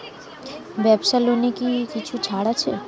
ব্যাবসার লোনে কি কিছু ছাড় আছে?